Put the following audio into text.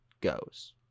goes